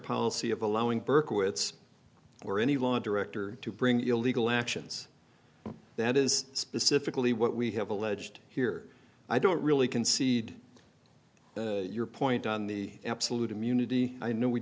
policy of allowing berkowitz or any law director to bring illegal actions that is specifically what we have alleged here i don't really concede your point on the absolute immunity i know we